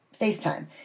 FaceTime